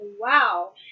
wow